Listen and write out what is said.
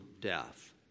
death